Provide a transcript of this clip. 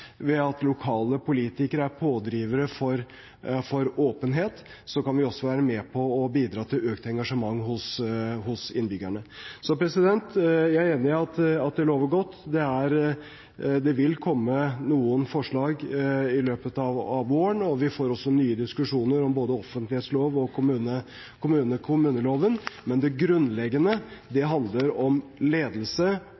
ved at lokale politikere er pådrivere for åpenhet, kan vi også være med på å bidra til økt engasjement hos innbyggerne. Jeg er enig i at det lover godt. Det vil komme noen forslag i løpet av våren, og vi får også nye diskusjoner om både offentlighetsloven og kommuneloven, men det grunnleggende